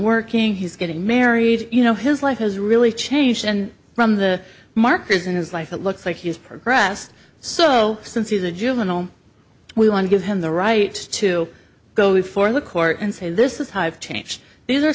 working he's getting married you know his life has really changed and from the markers in his life it looks like he's progressed so since he's a juvenile we want to give him the right to go before the court and say this is hype change these are